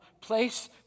Place